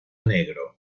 negro